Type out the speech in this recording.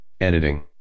Editing